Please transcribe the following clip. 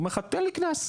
הוא אומר לך: תן לי קנס.